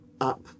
up